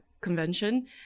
convention